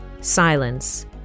Silence